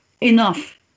enough